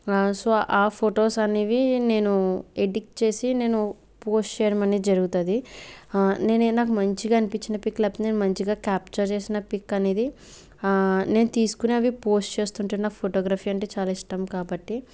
so ఆ photos అనేవి నేను ఎడిట్ చేసి నేను పోస్ట్ చేయడం అనేది జరుగుతది నేను ఏ నాకు మంచిగా అనిపిచ్చిన పిక్ నేను మంచిగా క్యాప్చర్ చేసిన పిక్ అనేది నేను తీసుకున్నవి పోస్ట్ చేస్తుంటే నాకు ఫోటోగ్రాఫ్ అంటే చాలా ఇష్టం కాబట్టి